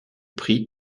prix